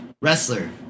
Wrestler